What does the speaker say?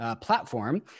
platform